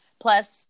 Plus